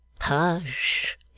Hush